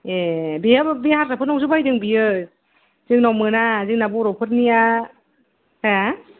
ए बेहाबो बे हारसा फोरनावसो बायदों बियो जोंनाव मोना जोंना बर'फोरनिया हो